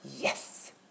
Yes